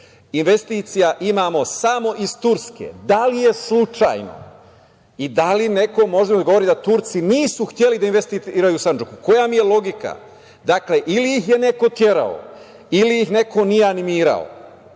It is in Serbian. investicija imamo samo iz Turske. Da li je slučajno i da li neko može da mi odgovori da Turci nisu hteli da investiraju u Sandžaku? Koja mi je logika? Dakle, ili ih je neko terao ili ih neko nije animirao.